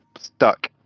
stuck